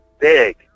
big